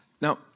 Now